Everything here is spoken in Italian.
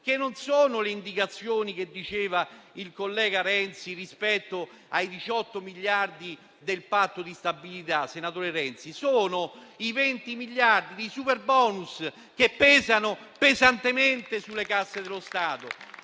non sono le indicazioni che diceva il collega Renzi rispetto ai 18 miliardi del patto di stabilità, ma derivano dai 20 miliardi di superbonus che pesano fortemente sulle casse dello Stato